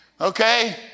Okay